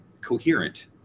coherent